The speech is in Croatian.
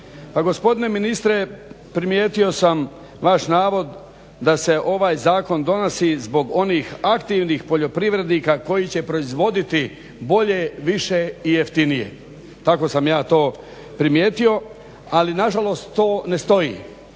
gospodine ministre, primijetio sam vaš navod da se ovaj zakon donosi zbog onih aktivnih poljoprivrednika koji će proizvoditi bolje, više i jeftinije, tako sam ja to primijetio. Ali nažalost to ne stoji.